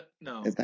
no